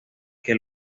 que